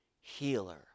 healer